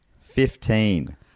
Fifteen